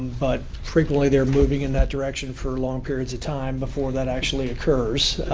but frequently they're moving in that direction for long periods of time before that actually occurs.